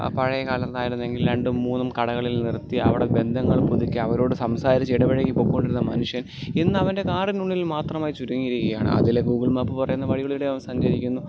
പഴയകാലത്തായിരുന്നെങ്കിൽ രണ്ടും മൂന്നും കടകളിൽ നിർത്തി അവിടെ ബന്ധങ്ങൾ പുതുക്കി അവരോട് സംസാരിച്ച് ഇടപഴകി പൊക്കോണ്ടിരുന്ന മനുഷ്യൻ ഇന്ന് അവൻ്റെ കാറിനുള്ളിൽ മാത്രമായി ചുരുങ്ങിയിരിക്കുകയാണ് അതില് ഗൂഗിൾ മാപ്പ് പറയുന്ന വഴികളിലൂടെ അവൻ സഞ്ചരിക്കുന്നു